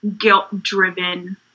guilt-driven